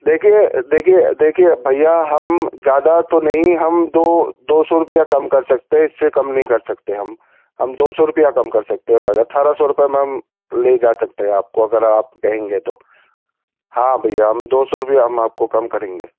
دیکھیے دیکھیے دیکھیے بھیا ہم زیادہ تو نہیں ہم دو دو سو روپیہ کم کر سکتے ہیں اس سے کم نہیں کر سکتے ہم ہم دو سو روپیہ کم کر سکتے ہیں بس اٹھارہ سو روپے میں ہم لے جا سکتے ہیں آپ کو اگر آپ کہیں گے تو ہاں بھیا ہم دو سو روپیہ ہم آپ کو کم کریں گے